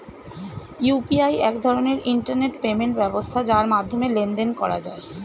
UPI এক ধরনের internet payment ব্যবস্থা যার মাধ্যমে লেনদেন করা যায়